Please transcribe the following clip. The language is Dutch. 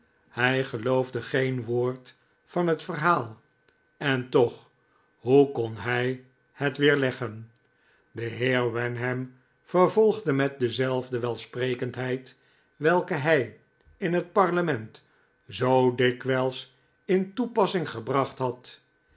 hij geloofde geen woord van het verhaal en toch hoe kon hij het weerleggen de heer wenham vervolgde met dezelfde welsprekendheid welke hij in het parlement zoo dikwijls in toepassing gebracht had